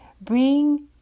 bring